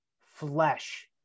flesh